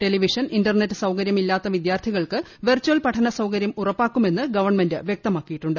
television internet സൌകര്യം ഇല്ലാത്ത വിദ്യാർത്ഥികൾക്ക് വെർചൽ പഠന സൌകര്യം ഉറപ്പാക്കുമെന്ന് ഗവൺമെന്റ് വ്യക്തമാക്കിയിട്ടുണ്ട്